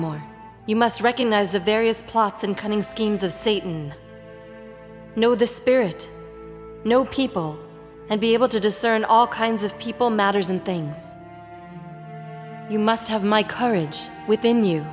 more you must recognize the various plots and cunning schemes of satan know the spirit know people and be able to discern all kinds of people matters and thing you must have my courage within you